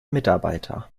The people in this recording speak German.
mitarbeiter